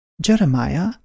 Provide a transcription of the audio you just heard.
Jeremiah